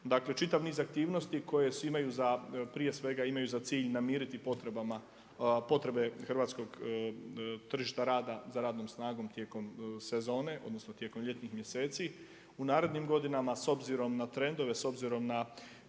Dakle čitav niz aktivnosti koje imaju prije svega za cilj namiriti potreba hrvatskog tržišta rada za radnom snagom tijekom sezone odnosno tijekom ljetnih mjeseci. U narednim godinama s obzirom na trendove, s obzirom